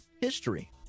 history